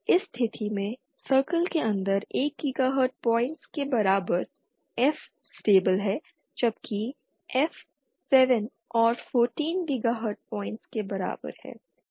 इस स्थिति में सर्कल के अंदर 1 गिगाहर्ट्ज़ सर्कल पॉइंट्स के बराबर F स्टेबिल हैं जबकि F 7 और 14 गीगाहर्ट्ज़ पॉइंट्स के बराबर हैं सर्कल स्टेबिल हैं